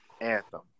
Anthem